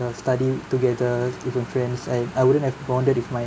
study together with our friends and I wouldn't have bonded with my